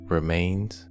Remains